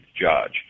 judge